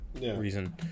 reason